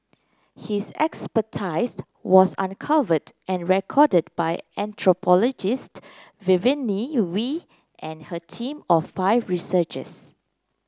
his expertise was uncovered and recorded by anthropologist Vivienne Wee and her team of five researchers